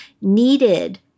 needed